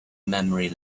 memory